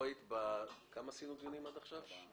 לא היית בחלק מארבעת הדיונים שערכנו כאן.